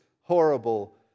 horrible